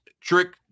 Trick